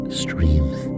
streams